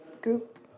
group